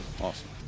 Awesome